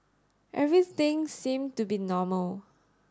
everything seemed to be normal